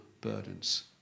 burdens